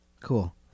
Cool